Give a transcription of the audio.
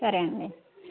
సరే అండి